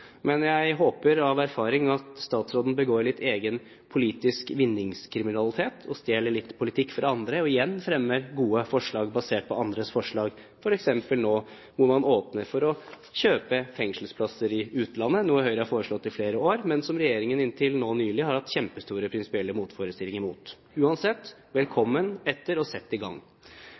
Men jeg håper av erfaring at statsråden begår litt egen politisk vinningskriminalitet og stjeler litt politikk fra andre og igjen fremmer gode forslag, basert på andres forslag, f.eks. som man gjør når man nå åpner for å kjøpe fengselsplasser i utlandet, noe Høyre har foreslått i flere år, men som regjeringen inntil nylig har hatt kjempestore prinsipielle motforestillinger mot. Uansett: Velkommen etter og sett i gang!